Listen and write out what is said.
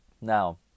now